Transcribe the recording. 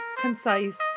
concise